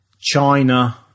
China